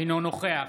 אינו נוכח